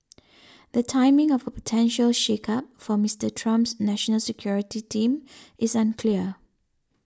the timing of a potential shakeup for Mister Trump's national security team is unclear